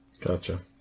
Gotcha